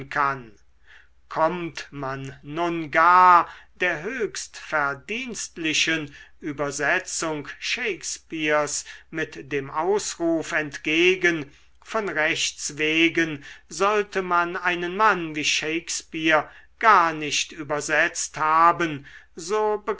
kann kommt man nun gar der höchst verdienstlichen übersetzung shakespeares mit dem ausruf entgegen von rechts wegen sollte man einen mann wie shakespeare gar nicht übersetzt haben so